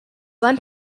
then